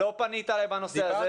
לא פנית אליי בנושא הזה.